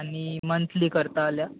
आनी मंथली करता जाल्यार